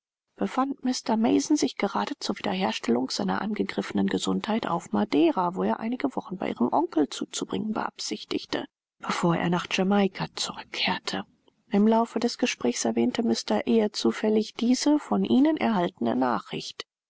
befand mr mason sich gerade zur wiederherstellung seiner angegriffenen gesundheit auf madeira wo er einige wochen bei ihrem onkel zuzubringen beabsichtigte bevor er nach jamaika zurückkehrte im laufe des gesprächs erwähnte mr eyre zufällig dieser von ihnen erhaltenen nachricht